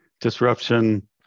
Disruption